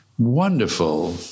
wonderful